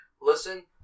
Listen